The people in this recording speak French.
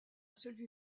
celui